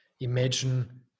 Imagine